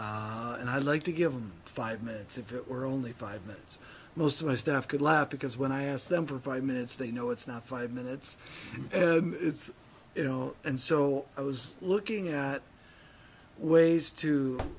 time and i'd like to give them five minutes if it were only five minutes most of my staff could laugh because when i ask them for five minutes they know it's not five minutes you know and so i was looking at ways to